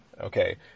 okay